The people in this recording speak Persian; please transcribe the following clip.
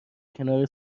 کنار